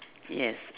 yes